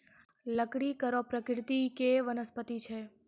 लकड़ी कड़ो प्रकृति के वनस्पति छै